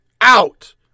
out